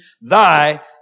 thy